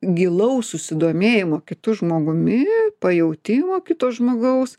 gilaus susidomėjimo kitu žmogumi pajautimo kito žmogaus